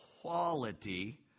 Quality